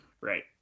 Right